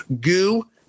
Goo